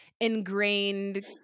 ingrained